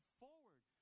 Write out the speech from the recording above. forward